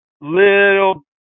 little